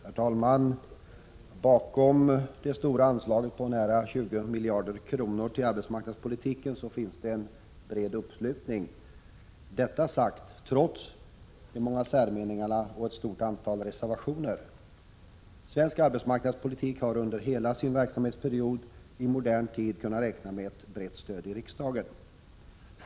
Herr talman! Bakom det stora anslaget på nära 20 miljarder kronor till arbetsmarknadspolitiken finns en bred uppslutning — detta sagt trots de många särmeningarna och ett stort antal reservationer. Svensk arbetsmarknadspolitik har under modern tid fått ett brett stöd i riksdagen.